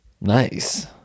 nice